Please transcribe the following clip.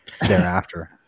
thereafter